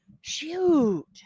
shoot